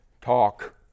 talk